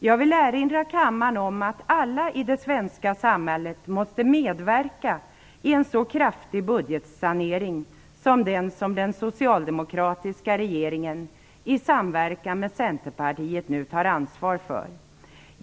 Jag vill erinra kammaren om att alla i det svenska samhället måste medverka i en så kraftig budgetsanering som den som den socialdemokratiska regeringen i samverkan med Centerpartiet nu tar ansvar för.